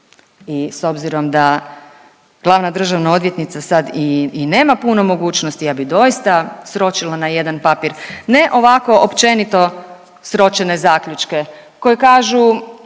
i s obzirom da glavna državna odvjetnica sad i nema puno mogućnosti ja bi doista sročila na jedan papir, ne ovako općenito sročene zaključke koji kažu